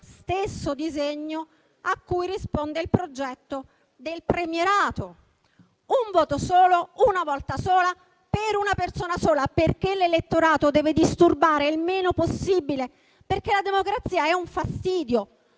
Stesso disegno a cui risponde il progetto del premierato: un voto solo, una volta sola, per una persona sola, perché l'elettorato deve disturbare il meno possibile; perché la democrazia è un fastidio.